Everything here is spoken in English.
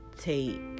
take